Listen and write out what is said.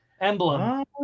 emblem